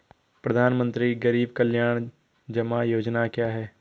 प्रधानमंत्री गरीब कल्याण जमा योजना क्या है?